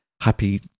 happy